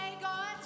God